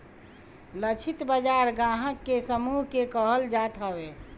लक्षित बाजार ग्राहक के समूह के कहल जात हवे